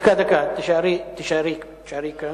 דקה, תישארי כאן.